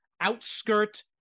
outskirt